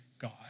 God